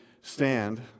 stand